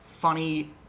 funny